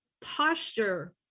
posture